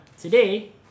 today